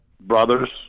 brothers